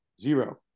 zero